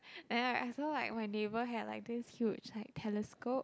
then I I saw like when neighbor had like this huge like telescope